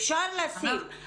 אפשר לשים.